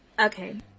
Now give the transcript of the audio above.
Okay